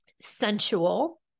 sensual